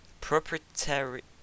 proprietary